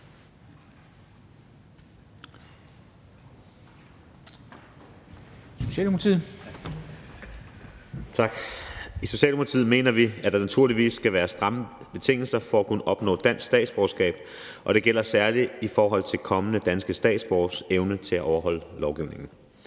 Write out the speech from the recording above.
I Socialdemokratiet mener vi, at der naturligvis skal være stramme betingelser for at kunne opnå dansk statsborgerskab, og det gælder særlig i forhold til kommende danske statsborgeres evne til at overholde lovgivningen.